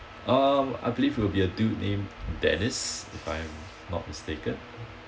um I believe it will be a dude name dennis if I'm not mistaken